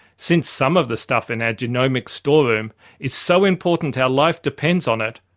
since some of the stuff in our genomic storeroom is so important our life depends on it,